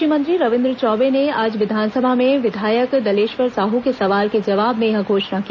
कृषि मंत्री रविन्द्र चौबे ने आज विधानसभा में विधायक दलेश्वर साहू के सवाल के जवाब में यह घोषणा की